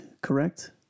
correct